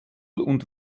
und